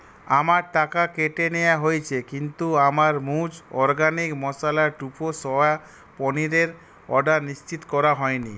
আমার টাকা কেটে নেওয়া হয়েছে কিন্তু আমার মুজ অরগ্যানিক মসালা টোফু সোয়া পনিরের অর্ডার নিশ্চিত করা হয়নি